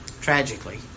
tragically